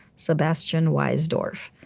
sebastian weissdorf.